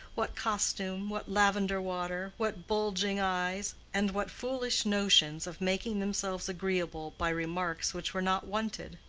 what costume, what lavender water, what bulging eyes, and what foolish notions of making themselves agreeable by remarks which were not wanted.